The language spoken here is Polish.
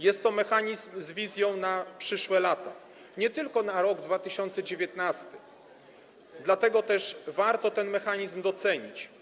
Jest to mechanizm z wizją na przyszłe lata, nie tylko na rok 2019, dlatego też warto ten mechanizm docenić.